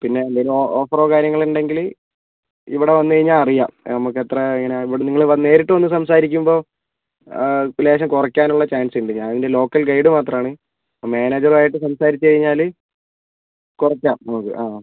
പിന്നെ എന്തെങ്കിലും ഓഫറോ കാര്യങ്ങളോ ഉണ്ടെങ്കിൽ ഇവിടെ വന്നു കഴിഞ്ഞാൽ അറിയാം നമുക്ക് എത്ര ഇങ്ങനെ ഇവിടെ നിങ്ങൾ നേരിട്ട് വന്ന് സംസാരിക്കുമ്പോൾ ലേശം കുറയ്ക്കാനുള്ള ചാൻസുണ്ട് ഞാൻ ഇതിൻ്റെ ലോക്കൽ ഗൈഡ് മാത്രമാണ് അപ്പോൾ മാനേജറുമായിട്ട് സംസാരിച്ച് കഴിഞ്ഞാൽ കുറയ്ക്കാം നമുക്ക് ആ ആ